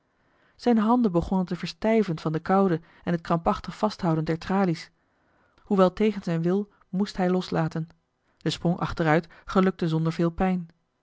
zijne handen begonnen te verstijven van de koude en het krampachtig vasthouden der tralies hoewel tegen zijn wil moest hij loslaten de sprong achteruit gelukte zonder veel pijn